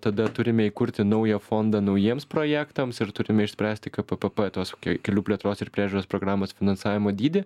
tada turime įkurti naują fondą naujiems projektams ir turime išspręsti kppp tuos kelių plėtros ir priežiūros programos finansavimo dydį